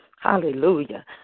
Hallelujah